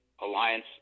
Alliance